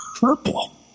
purple